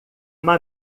uma